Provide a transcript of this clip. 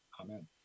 Amen